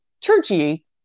churchy